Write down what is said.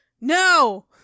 no